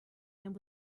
and